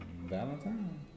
Valentine